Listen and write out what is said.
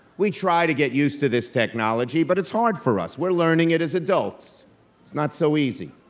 we try to get used to this technology, but it's hard for us, we're learning it as adults, it's not so easy.